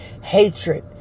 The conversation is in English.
hatred